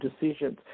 decisions